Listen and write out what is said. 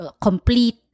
complete